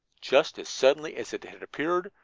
just as suddenly as it had appeared,